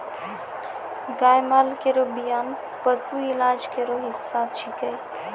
गाय माल केरो बियान पशु इलाज केरो हिस्सा छिकै